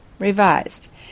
Revised